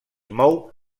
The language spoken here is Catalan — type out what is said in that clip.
mou